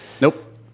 Nope